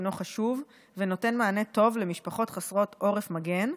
חשוב ונותן מענה טוב למשפחות חסרות עורף מגן,